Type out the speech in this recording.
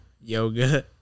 yoga